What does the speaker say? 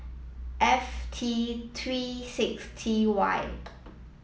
F T three six T Y